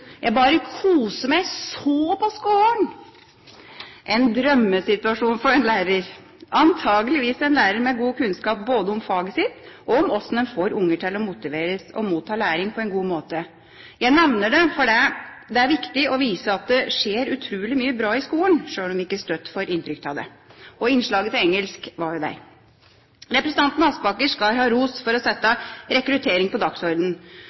på skolen!» En drømmesituasjon for en lærer! Det er antakeligvis en lærer med god kunnskap både om faget sitt og om hvordan en får unger til å bli motivert og motta læring på en god måte. Jeg nevner dette fordi det er viktig å vise at det skjer utrolig mye bra i skolen, sjøl om vi ikke støtt får inntrykk av det. Innslaget av engelsk var jo der. Representanten Aspaker skal ha ros for å sette rekruttering på dagsordenen.